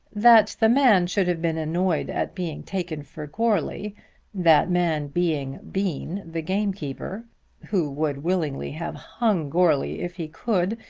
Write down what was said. that the man should have been annoyed at being taken for goarly that man being bean the gamekeeper who would willingly have hung goarly if he could,